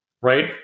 right